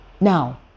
Now